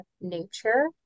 nature